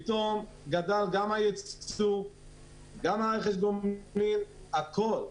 פתאום גדל גם הייצוא וגם רכש הגומלין הכול.